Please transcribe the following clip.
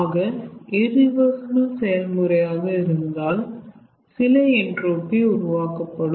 ஆக இரிவர்சிபிள் செயல்முறையாக இருந்தால் சில என்ட்ரோபி உருவாக்கப்படும்